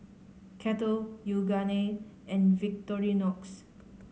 Kettle Yoogane and Victorinox